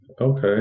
Okay